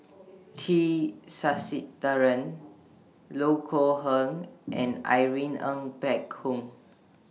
T Sasitharan Loh Kok Heng and Irene Ng Phek Hoong